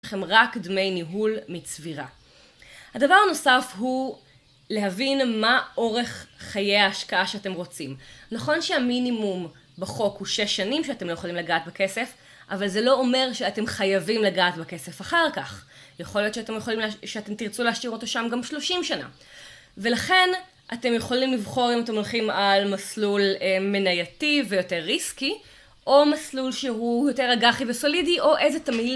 רק דמי ניהול מצבירה. הדבר הנוסף הוא להבין מה אורך חיי ההשקעה שאתם רוצים. נכון שהמינימום בחוק הוא 6 שנים שאתם לא יכולים לגעת בכסף, אבל זה לא אומר שאתם חייבים לגעת בכסף אחר כך. יכול להיות שאתם תרצו להשאיר אותו שם גם 30 שנה. ולכן אתם יכולים לבחור אם אתם הולכים על מסלול מנייתי ויותר ריסקי, או מסלול שהוא יותר אגחי וסולידי, או איזה תמהיל